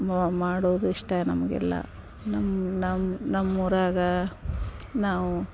ಮೊ ಮಾಡುವುದಿಷ್ಟ ನಮಗೆಲ್ಲ ನಮ್ಮ ನಮ್ಮ ನಮ್ಮ ಊರಾಗ ನಾವು